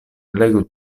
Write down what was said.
legu